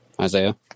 Isaiah